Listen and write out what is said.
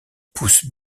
pousse